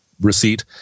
receipt